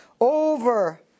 over